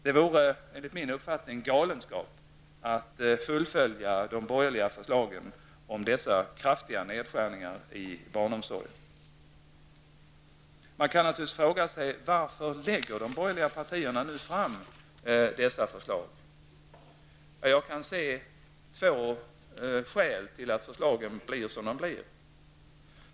Det vore enligt min uppfattning galenskap att fullfölja de borgerliga förslagen om dessa kraftiga nedskärningar i barnomsorgen. Man kan naturligtvis fråga sig varför de borgerliga lägger fram dessa förslag. Jag kan se två skäl till att förslagen blir som de blir.